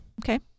Okay